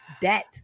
debt